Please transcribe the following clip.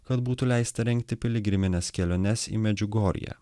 kad būtų leista rengti piligrimines keliones į medžiugorję